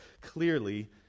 clearly